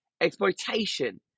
exploitation